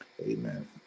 Amen